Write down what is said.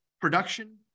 production